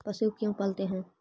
पशु क्यों पालते हैं?